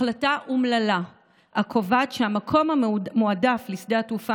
החלטה אומללה הקובעת שהמקום המועדף לשדה התעופה